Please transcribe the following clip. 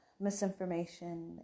misinformation